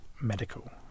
medical